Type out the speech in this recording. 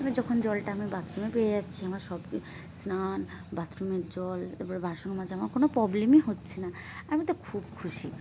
এবার যখন জলটা আমি বাথরুমে পেয়ে যাচ্ছি আমার সব স্নান বাথরুমের জল তারপরে বাসন মাজা আমার কোনো প্রবলেমই হচ্ছে না আমি তো খুব খুশি